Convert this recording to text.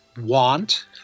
want